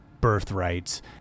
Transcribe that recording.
birthrights